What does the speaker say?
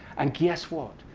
and guess what?